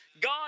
God